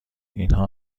اینها